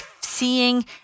seeing